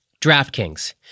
DraftKings